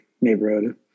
neighborhood